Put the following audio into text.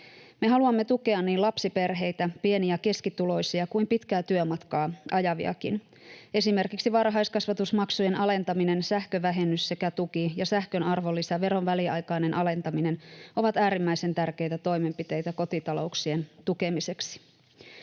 Me haluamme tukea niin lapsiperheitä, pieni‑ ja keskituloisia kuin pitkää työmatkaa ajaviakin. Esimerkiksi varhaiskasvatusmaksujen alentaminen, sähkövähennys sekä ‑tuki ja sähkön arvonlisäveron väliaikainen alentaminen ovat äärimmäisen tärkeitä toimenpiteitä kotitalouksien tukemiseksi.